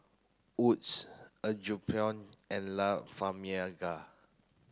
Wood's Apgujeong and La Famiglia